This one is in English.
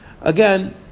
Again